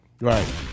Right